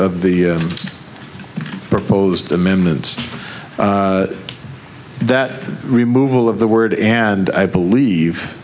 the proposed amendments that remove all of the word and i believe